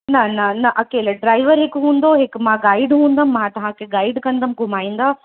न न न अकेले ड्रॉइवर हिकु हूंदो हिकु मां गाइड हूंदमि मां तव्हांखे गाइड कंदमि घुमाईंदा